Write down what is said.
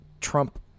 Trump